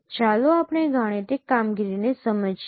ચાલો આપણે આ ગાણિતિક કામગીરીને સમજીએ